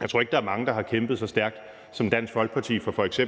Jeg tror ikke, at der er mange, der har kæmpet så stærkt som Dansk Folkeparti for f.eks.